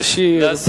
להשיב?